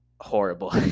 horrible